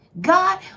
God